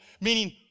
meaning